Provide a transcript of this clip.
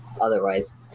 otherwise